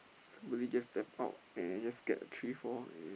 really gave them out and just get a three four and